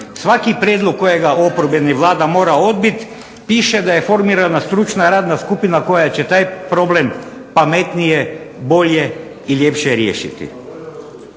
svaki prijedlog kojega oporbeni, Vlada mora odbiti, piše da je formirana radna skupina koja će taj problem pametnije, bolje, ljepše riješiti.